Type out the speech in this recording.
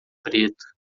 preto